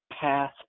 path